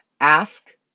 Ask